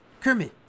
Kermit